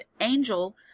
Angel